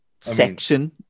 section